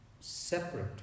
separate